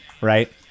right